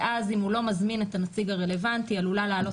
ואז אם הוא לא מזמין את הנציג הרלוונטי עלולה לעלות